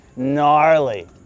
Gnarly